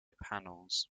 panels